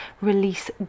release